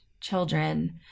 children